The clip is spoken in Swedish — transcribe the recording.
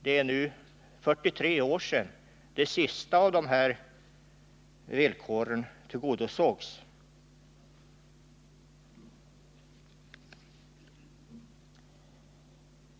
Det är nu 43 år sedan det sista av dessa villkor tillgodosågs.